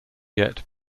yet